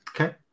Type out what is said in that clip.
okay